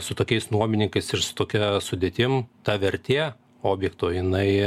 su tokiais nuomininkais ir su tokia sudėtim ta vertė objekto jinai